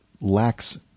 lacks